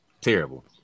terrible